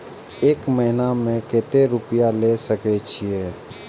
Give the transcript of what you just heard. एक महीना में केते रूपया ले सके छिए?